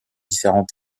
différents